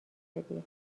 دادی